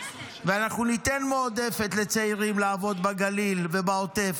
ואנחנו ניתן מועדפת לצעירים לעבוד בגליל ובעוטף,